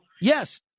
Yes